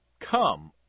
Come